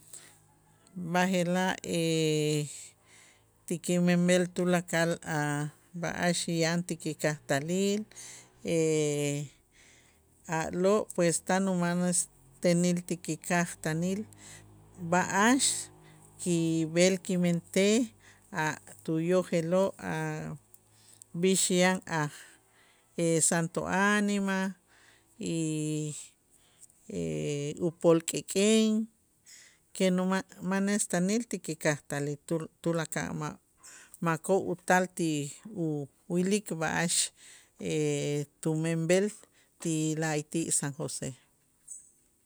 B'aje'laj ti kimenb'el tulakal a' b'a'ax yan ti kikajtalil a'lo' pues tan umanes tenil ti ki kajtanil b'a'ax kib'el kimentej a' tuyojeloo' a' b'ix yan aj santo ánima y upol k'ek'en que uma- manes taanil ti kikajtalil tul- tulakal ma- makoo' utal ti uwilik b'a'ax tumenb'el ti la'ayti' San José.